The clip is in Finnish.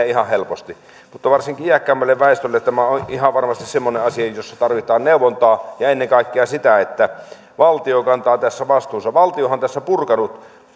ihan helposti mutta varsinkin iäkkäämmälle väestölle tämä on ihan varmasti semmoinen asia jossa tarvitaan neuvontaa ja ennen kaikkea sitä että valtio kantaa tässä vastuunsa valtiohan on tässä purkanut